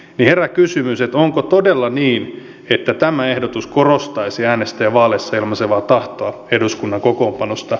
herää kysymys että onko todella niin että tämä ehdotus korostaisi äänestäjien vaaleissa ilmaisemaa tahtoa eduskunnan kokoonpanosta